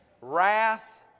wrath